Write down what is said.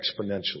exponentially